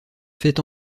fait